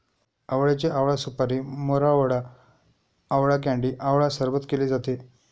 आवळ्याचे आवळा सुपारी, मोरावळा, आवळा कँडी आवळा सरबत केले जाते